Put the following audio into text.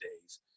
days